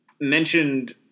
mentioned